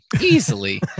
Easily